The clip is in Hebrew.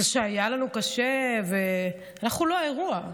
זה שהיה לנו קשה, אנחנו לא האירוע.